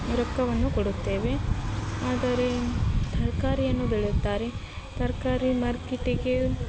ರೊಕ್ಕವನ್ನು ಕೊಡುತ್ತೇವೆ ಆದರೆ ತರಕಾರಿಯನ್ನು ಬೆಳೆಯುತ್ತಾರೆ ತರಕಾರಿ ಮಾರ್ಕೆಟಿಗೆ